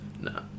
No